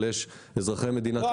אבל אזרחי מדינת ישראל רוצים את הדואר.